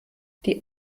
die